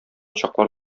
чаклар